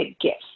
gifts